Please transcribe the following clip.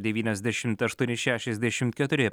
devyniasdešimt aštuoni šešiasdešimt keturi